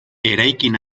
eraikin